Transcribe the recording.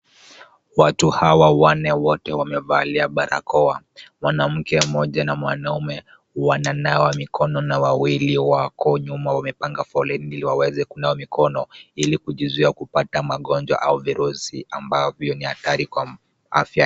Watu hawa wanne wote wamevalia barakoa. Mwanamke mmoja na mwanaume wananawa mikono na wawili wako nyuma wamepanga foleni ili waweze kunawa mikono ili kujizuia kupata magonjwa au virusi ambao ni hatari kwa afya.